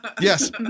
Yes